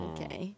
Okay